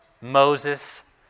Moses